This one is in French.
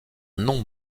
non